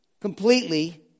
completely